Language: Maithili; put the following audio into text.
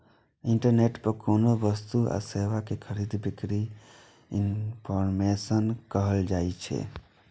इंटरनेट पर कोनो वस्तु आ सेवा के खरीद बिक्री ईकॉमर्स कहल जाइ छै